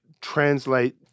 translate